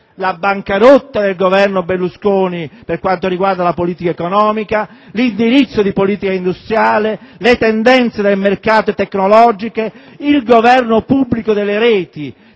la bancarotta del Governo Berlusconi per quanto riguarda la politica economica, l'indirizzo di politica industriale, le tendenze del mercato tecnologico, il governo pubblico delle reti